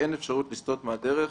שאין אפשרות לסטות מהדרך